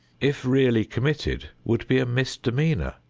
if really committed, would be a misdemeanor,